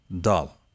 dull